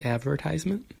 advertisement